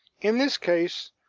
in this case,